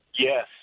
Yes